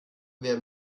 wer